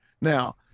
Now